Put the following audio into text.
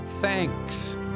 thanks